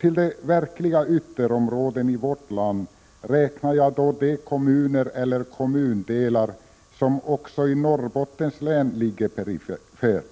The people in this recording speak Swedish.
Till de verkliga ytterområdena i vårt land räknar jag då de kommuner eller kommundelar som också i Norrbottens län ligger perifert.